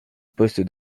poste